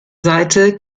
seite